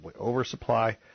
oversupply